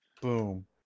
Boom